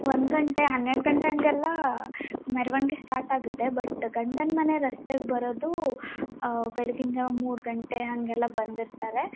ಒಂದು ಗಂಟೆ ಹನ್ನೆರಡು ಗಂಟೆ ಹಂಗೆಲ್ಲಾ ಮೆರವಣಿಗೆ ಸ್ಟಾರ್ಟ್ ಆಗುತ್ತೆ ಬಟ್ ಗಂಡನ ಮನೆ ರಸ್ತೆಗೆ ಬರೋದು ಬೆಳಗ್ಗಿನ ಜಾವ ಮೂರು ಗಂಟೆ ಹಂಗೆಲ್ಲ ಬಂದಿರ್ತಾರೆ